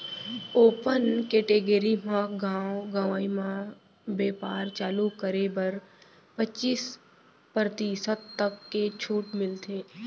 open category म गाँव गंवई म बेपार चालू करे बर पचीस परतिसत तक के छूट मिलथे